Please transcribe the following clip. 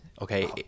okay